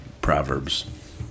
Proverbs